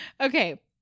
Okay